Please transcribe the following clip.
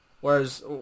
Whereas